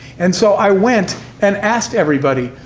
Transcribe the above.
and so i went and asked everybody,